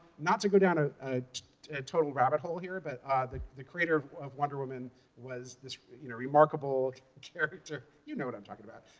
not to go down a total rabbit hole here, but ah the the creator of wonder woman was this you know remarkable character you know what i'm talking about